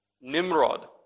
Nimrod